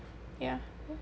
yeah